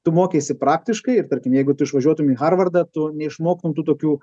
tu mokeisi praktiškai ir tarkim jeigu tu išvažiuotum į harvardą tu neišmoktum tų tokių